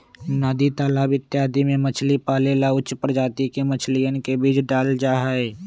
नदी तालाब इत्यादि में मछली पाले ला उच्च प्रजाति के मछलियन के बीज डाल्ल जाहई